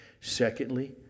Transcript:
secondly